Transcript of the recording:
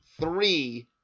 three